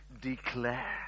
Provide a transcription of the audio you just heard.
declare